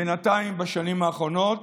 בינתיים, בשנים האחרונות